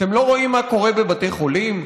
אתם לא רואים מה קורה בבתי חולים?